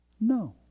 No